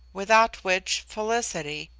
without which, felicity,